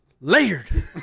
layered